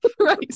right